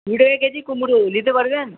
কুড়ি টাকা কেজি কুমড়ো নিতে পারবেন